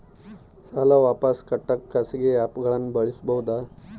ಸಾಲ ವಾಪಸ್ ಕಟ್ಟಕ ಖಾಸಗಿ ಆ್ಯಪ್ ಗಳನ್ನ ಬಳಸಬಹದಾ?